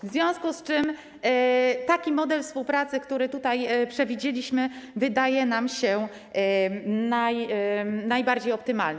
W związku z czym taki model współpracy, który tutaj przewidzieliśmy, wydaje się nam najbardziej optymalny.